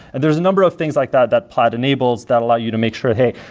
there is a number of things like that that plaid enables that allow you to make sure, hey,